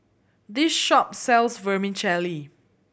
this shop sells Vermicelli